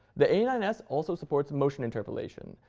the a nine s also supports motion interpolation,